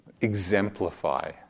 exemplify